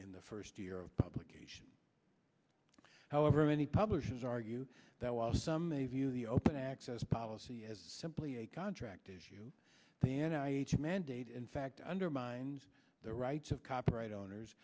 in the first year of publication however many publishers argue that while some may view the open access policy as simply a contract issue then i mandate in fact undermines the rights of copyright owners